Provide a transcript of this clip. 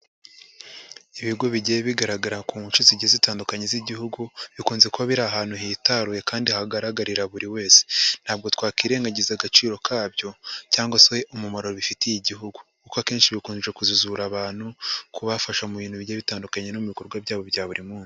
Ibigo bigiye bigaragara ku nce zigiye zitandukanye z'igihugu, bikunze kuba biri ahantu hitaruwe kandi hagaragarira buri wese, ntabwo twakirerengagiza agaciro kabyo cyangwa se umumaro bifitiye igihugu kuko akenshi bikomeje kujijura abantu kubafasha mu bintu bigiye bitandukanye no mu bikorwa byabo bya buri munsi.